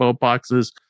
boxes